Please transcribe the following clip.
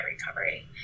recovery